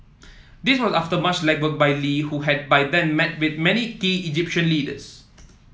this was after much legwork by Lee who had by then met with many key Egyptian leaders